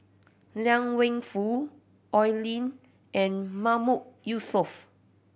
Liang Wenfu Oi Lin and Mahmood Yusof